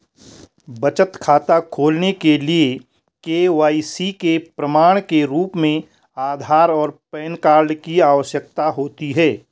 बचत खाता खोलने के लिए के.वाई.सी के प्रमाण के रूप में आधार और पैन कार्ड की आवश्यकता होती है